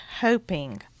hoping